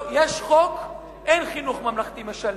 יש חוק, אין חינוך ממלכתי משלב.